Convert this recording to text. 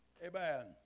Amen